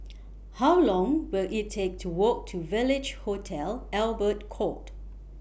How Long Will IT Take to Walk to Village Hotel Albert Court